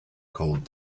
cold